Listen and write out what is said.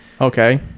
Okay